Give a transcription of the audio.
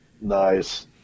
Nice